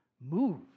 move